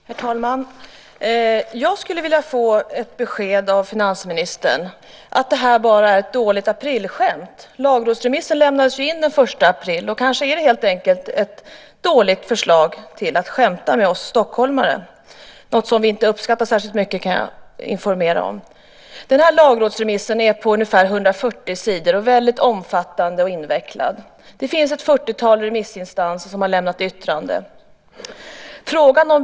Herr talman! Jag skulle vilja ha ett besked från finansministern om att detta bara är ett dåligt aprilskämt. Lagrådsremissen lämnades ju in den 1 april, så den kanske helt enkelt är ett dåligt sätt att skämta med oss stockholmare, något som vi inte uppskattar särskilt mycket kan jag informera om. Denna lagrådsremiss består av ca 140 sidor, och den är väldigt omfattande och invecklad. Ett 40-tal remissinstanser har lämnat yttranden.